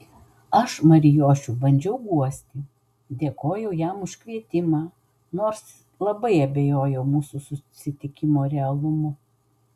aš marijošių bandžiau guosti dėkojau jam už kvietimą nors labai abejojau mūsų susitikimo realumu